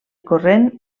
corrent